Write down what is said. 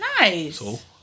Nice